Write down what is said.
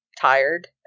tired